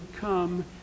come